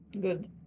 Good